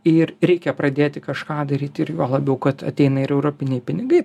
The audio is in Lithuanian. ir reikia pradėti kažką daryti ir juo labiau kad ateina ir europiniai pinigai